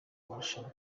marushanwa